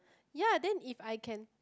ya then if I can